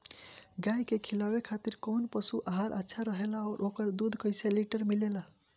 गाय के खिलावे खातिर काउन पशु आहार अच्छा रहेला और ओकर दुध कइसे लीटर मिलेला?